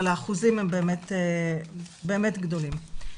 אבל האחוזים הם באמת גדולים.